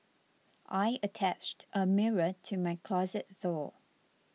I attached a mirror to my closet door